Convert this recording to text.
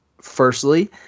Firstly